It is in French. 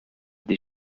des